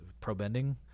pro-bending